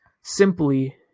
simply